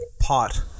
Pot